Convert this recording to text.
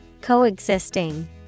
Coexisting